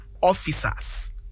officers